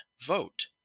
vote